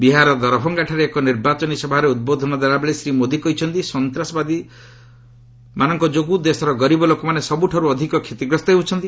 ବିହାର ଦରଭଙ୍ଗାଠାରେ ଏକ ନିର୍ବାଚନୀ ସଭାରେ ଉଦ୍ବୋଧନ ଦେଲାବେଳେ ଶ୍ରୀ ମୋଦି କହିଛନ୍ତି ସନ୍ତାସବାଦୀ ଯୋଗୁଁ ଦେଶର ଗରିବ ଲୋକମାନେ ସବୁଠାରୁ ଅଧିକ କ୍ଷତିଗ୍ରସ୍ତ ହେଉଛନ୍ତି